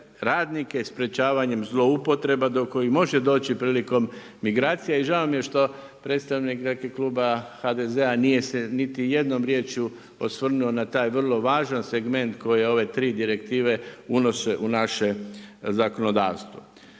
radnike sprječavanjem zloupotreba do kojih može doći prilikom migracija. I žao mi je što predstavnik, dakle kluba HDZ-a nije se niti jednom riječju osvrnuo na taj vrlo važan segment koje ove tri direktive unose u naše zakonodavstvo.